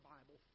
Bible